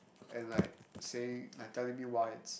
and like saying like telling me why it's